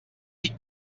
dic